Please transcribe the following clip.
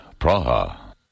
Praha